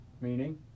Meaning